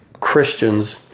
Christians